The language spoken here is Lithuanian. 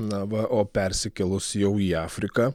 na va o persikėlus jau į afriką